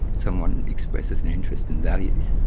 someone expresses an interest and values